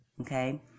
Okay